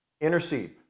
Intercede